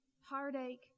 heartache